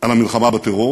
על המלחמה בטרור